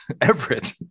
Everett